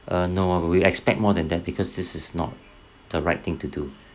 uh no uh we expect more than that because this is not the right thing to do